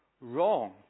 wrong